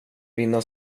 vinna